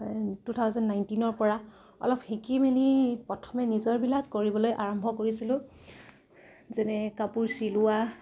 two thousand নাইণ্টিনৰ পৰা অলপ শিকি মেলি প্ৰথমে নিজৰবিলাক কৰিবলৈ আৰম্ভ কৰিছিলোঁ যেনে কাপোৰ চিলোৱা